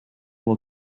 will